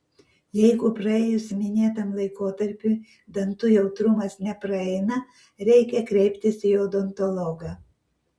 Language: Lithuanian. jeigu praėjus minėtam laikotarpiui dantų jautrumas nepraeina reikia kreiptis į odontologą